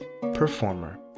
Performer